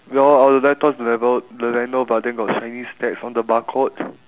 well our laptops leno~ the leno~ but then got chinese stats on the barcode